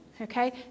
okay